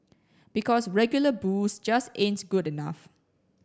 because regular booze just ain't good enough